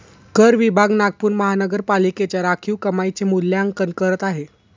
कर विभाग नागपूर महानगरपालिकेच्या राखीव कमाईचे मूल्यांकन करत आहे